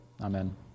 Amen